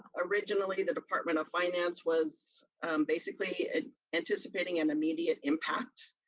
originally, the department of finance was basically anticipating an immediate impact.